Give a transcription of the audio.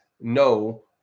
no